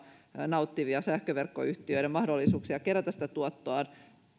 nauttivien sähköverkkoyhtiöiden mahdollisuuksia kerätä sitä tuottoaan